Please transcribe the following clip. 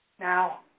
Now